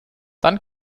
dann